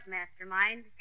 Mastermind